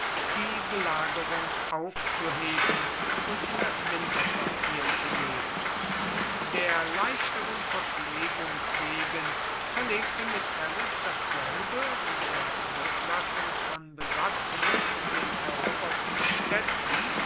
die belagerung aufzuheben und in das winterquartier zu gehen der leichteren verpflegung wegen verlegte metellus dasselbe unter zurücklassung von besatzungen in den eroberten städten